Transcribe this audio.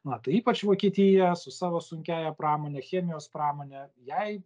na tai ypač vokietija su savo sunkiąja pramone chemijos pramone jai